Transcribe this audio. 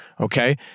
okay